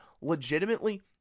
legitimately